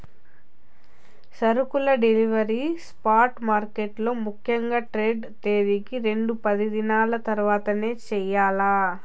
సరుకుల delivery spot మార్కెట్లలో ముఖ్యంగా ట్రేడ్ తేదీకి రెండు పనిదినాల తర్వాతనే చెయ్యాల్ల